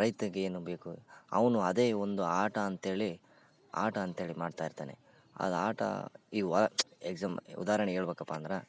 ರೈತಗೆ ಏನು ಬೇಕು ಅವನು ಅದೇ ಒಂದು ಆಟ ಅಂಥೇಳಿ ಆಟ ಅಂಥೇಳಿ ಮಾಡ್ತಾ ಇರ್ತಾನೆ ಅದು ಆಟ ಇವಾ ಎಕ್ಸಾಮ್ ಉದಾರಣೆ ಹೇಳ್ಬೇಕಪ್ಪ ಅಂದ್ರೆ